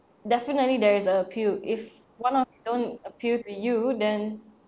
definitely there is a appeal if one or two don't appeal to you then